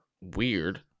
weird